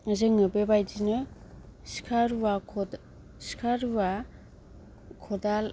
जोङो बेबादिनो सिखा रुवा खदाल सिखा रुवा खदाल